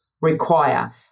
require